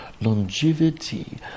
longevity